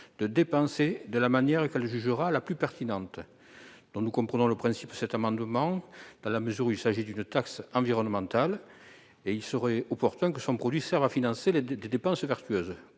de dépenser de la manière qu'elle jugera la plus pertinente. Je comprends le principe de cet amendement. Dans la mesure où il s'agit d'une taxe environnementale, il serait opportun que son produit serve à financer des dépenses vertueuses.